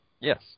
Yes